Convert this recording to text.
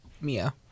Mia